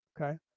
Okay